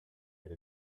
made